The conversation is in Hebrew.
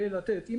אם,